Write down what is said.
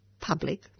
public